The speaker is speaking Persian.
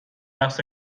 رقص